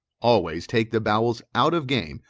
always take the bowels out of game,